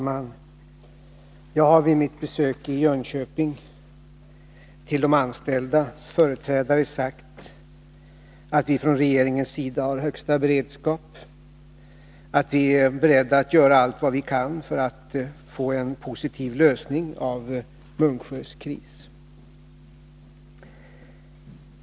Fru talman! Jag har vid mitt besök i Jönköping till de anställdas företrädare sagt att vi från regeringens sida har högsta beredskap och är beredda att göra allt vad vi kan för att få en positiv lösning av Munksjös kris.